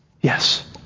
Yes